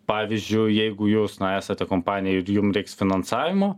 pavyzdžiui jeigu jūs esate kompanija ir jum reiks finansavimo